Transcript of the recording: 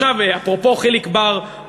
אפרופו חיליק בר,